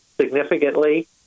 significantly